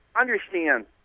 Understand